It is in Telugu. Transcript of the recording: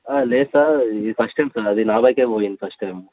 లేదు సార్ ఇది ఫస్ట్ టైమ్ సార్ అది నా బైక్ పోయింది ఫస్ట్ టైమ్